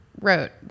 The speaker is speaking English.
wrote